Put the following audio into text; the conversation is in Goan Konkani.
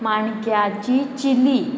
माणक्याची चिली